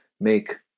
make